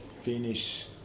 finish